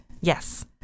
Yes